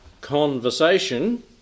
conversation